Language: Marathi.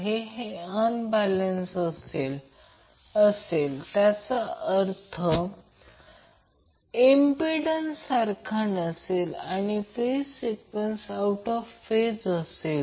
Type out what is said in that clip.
मग येथून Vbn येत आहे आणि Vcn अर्थातच ते असेच येईल परंतु Vbn आणि Vcn याचा अर्थ Van हा Vbn ला 120 o ने लीड करत आहे त्याचप्रमाणे Vbn हा Vcnला 120 o ने लीड करत आहे